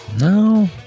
No